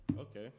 Okay